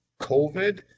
covid